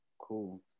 Cool